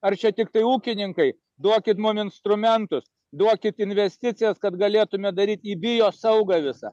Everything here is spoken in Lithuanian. ar čia tiktai ūkininkai duokit mum instrumentus duokit investicijas kad galėtume daryt į biosaugą visą